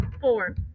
Four